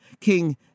King